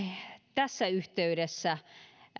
tässä yhteydessä